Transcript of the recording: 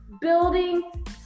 building